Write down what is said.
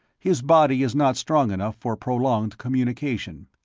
his body is not strong enough for prolonged communication.